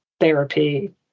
therapy